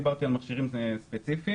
דיברתי על מכשירים ספציפיים,